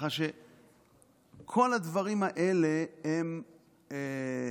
ככה שכל הדברים האלה מוגזמים.